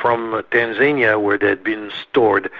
from ah tanzania where they'd been stored,